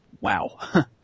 Wow